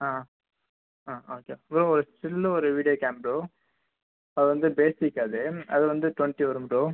ஆ ஆ okay bro ஒரு still ஒரு வீடியோ கேம் ப்ரோ அது வந்து பேசிக் அது அது வந்து டுவெண்ட்டி வரும் ப்ரோ